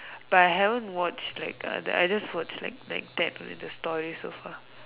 but I haven't watch like uh the I just watch like like that only the story so far